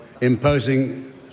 imposing